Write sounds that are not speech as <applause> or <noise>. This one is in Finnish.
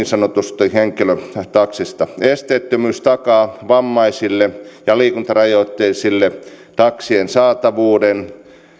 <unintelligible> sanotusti henkilötaksista esteettömyys takaa vammaisille ja liikuntarajoitteisille taksien saatavuuden